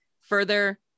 further